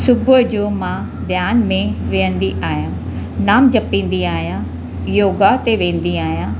सुबुह जो मां ध्यानु में विहदीं आहियां नाम जपींदी आहियां योगा ते वेंदी आहियां